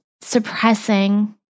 suppressing